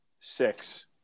six